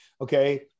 Okay